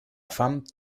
fam